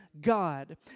God